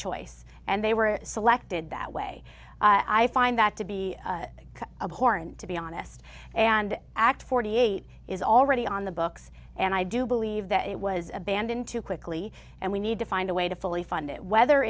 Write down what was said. choice and they were selected that way i find that to be abhorrent to be honest and act forty eight is already on the books and i do believe that it was abandoned too quickly and we need to find a way to fully fund it whether